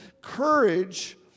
Courage